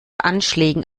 anschlägen